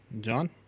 John